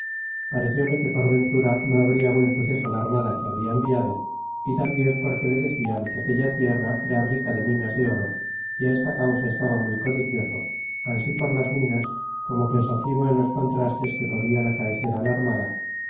parecióle que por ventura no habria buen suceso la armada que habia enviado y tambien porque le decían que aquella tierra era rica de minas de oro y esta causa estaba muy codicioso ansi por las minas como pensativo en los contrastes que podrían acaecer la armada